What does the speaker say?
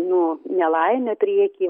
nu nelaimę prieky